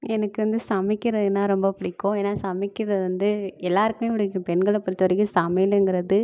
எனக்கு வந்து சமைக்கிறதுன்னா ரொம்ப பிடிக்கும் ஏன்னா சமைக்கிறது வந்து எல்லாருக்கும் பிடிக்கும் பெண்களை பொறுத்தவரைக்கும் சமையலுங்கிறது